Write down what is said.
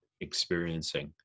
experiencing